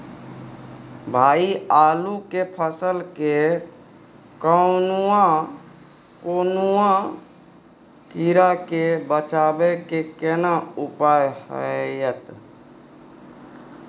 भाई आलू के फसल के कौनुआ कीरा से बचाबै के केना उपाय हैयत?